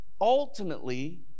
ultimately